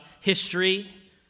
history